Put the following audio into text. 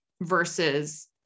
versus